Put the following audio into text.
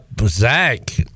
zach